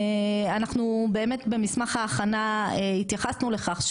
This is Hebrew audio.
אנחנו באמת במסמך ההכנה התייחסו לכך,